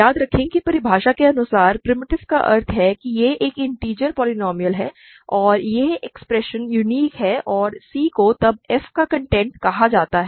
याद रखें कि परिभाषा के अनुसार प्रिमिटिव का अर्थ है कि यह एक इन्टिजर पोलीनोमिअल है और यह एक्सप्रेशन यूनिक है और c को तब f का कंटेंट कहा जाता है